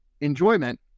enjoyment